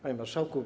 Panie Marszałku!